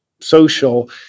social